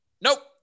Nope